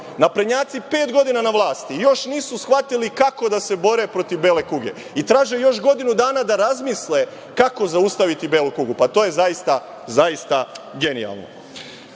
naprednjaci pet godina na vlasti i još nisu shvatili kako da se bore protiv bele kuge i traže još godinu dana da razmisle kako zaustaviti belu kugu. Pa, to je zaista, zaista genijalno. Mislim